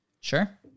Sure